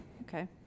Okay